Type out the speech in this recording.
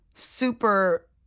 Super